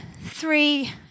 three